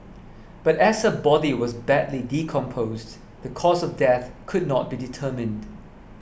but as her body was badly decomposed the cause of death could not be determined